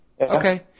Okay